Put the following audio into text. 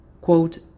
quote